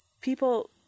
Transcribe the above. people